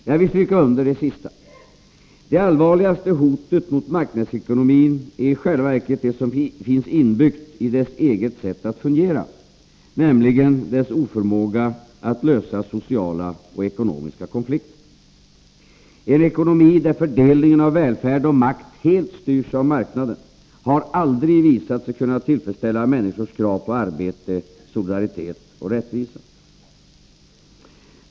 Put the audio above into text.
Jag vill stryka under det sista. Det allvarligaste hotet mot marknadsekonomin är i själva verket det som finns inbyggt i marknadsekonomins eget sätt att fungera, nämligen dess oförmåga att lösa sociala och ekonomiska konflikter. En ekonomi, där fördelningen av välfärd och makt helt styrs av marknaden, har aldrig visat sig kunna tillfredsställa människornas krav på arbete, solidaritet och rättvisa.